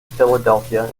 philadelphia